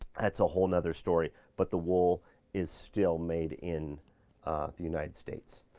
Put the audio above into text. that's a whole nother story but the wool is still made in the united states.